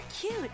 cute